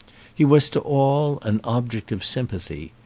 he was to all an object of sympathy.